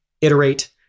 iterate